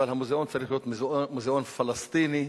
אבל המוזיאון צריך להיות מוזיאון פלסטיני,